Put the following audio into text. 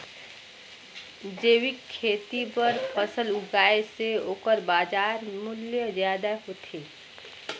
जैविक खेती बर फसल उगाए से ओकर बाजार मूल्य ज्यादा होथे